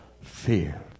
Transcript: fear